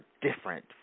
different